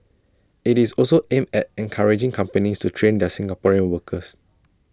IT is also aimed at encouraging companies to train their Singaporean workers